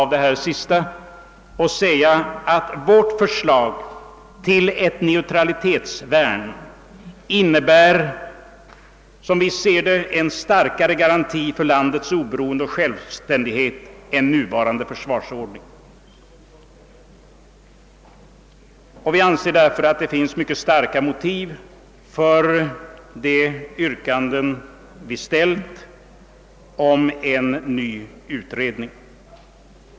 Vårt förslag till ett neutralitetsvärn innebär, som vi ser det, en starkare garanti för landets oberoende och självständighet än nuvarande försvarsordning. Vi anser därför att det finns mycket starka motiv för våra yrkanden om en ny utredning.